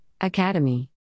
academy